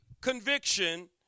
conviction